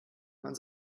man